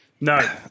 No